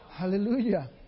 Hallelujah